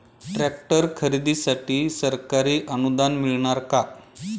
Tractor खरेदीसाठी सरकारी अनुदान मिळणार का?